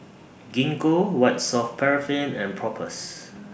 Gingko White Soft Paraffin and Propass